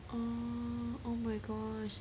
orh oh my gosh